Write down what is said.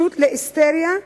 פשוט להיסטריה,